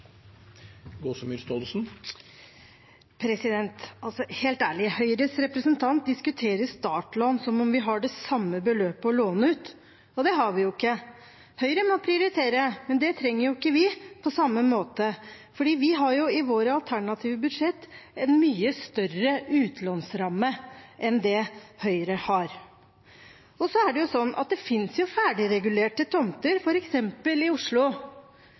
Helt ærlig: Høyres representant diskuterer startlån som om vi har det samme beløpet å låne ut. Det har vi jo ikke. Høyre må prioritere, men det trenger ikke vi på samme måte, for vi har i våre alternative budsjetter en mye større utlånsramme enn det Høyre har. Og så er det jo sånn at det finnes ferdigregulerte tomter, f.eks. i Oslo,